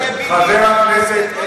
חבר הכנסת איתן כבל,